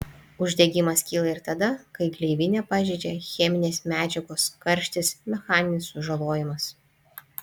uždegimas kyla ir tada kai gleivinę pažeidžia cheminės medžiagos karštis mechaninis sužalojimas